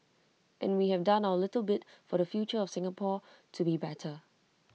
and we have done our little bit for the future of Singapore to be better